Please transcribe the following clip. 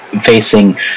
facing